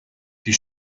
die